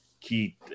key